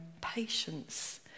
patience